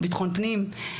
וביטחון הפנים.